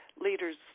leaders